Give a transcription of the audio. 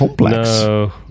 No